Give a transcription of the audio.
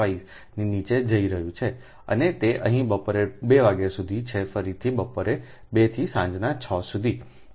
5 ની નીચે જઇ રહ્યો છે અને તે અહીં બપોરે 2 વાગ્યા સુધી છે ફરીથી બપોરે 2 થી સાંજના 6 સુધી 2